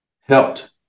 helped